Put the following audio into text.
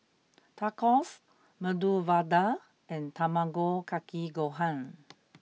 Tacos Medu Vada and Tamago kake gohan